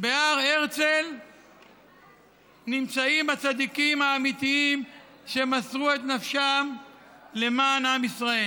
בהר הרצל נמצאים הצדיקים האמיתיים שמסרו את נפשם למען עם ישראל.